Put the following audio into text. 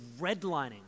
redlining